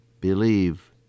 believe